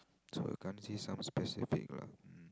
so can't say some specific lah mm